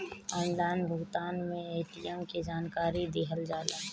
Online भुगतान में ATM के जानकारी दिहल जाला?